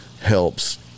helps